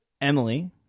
Emily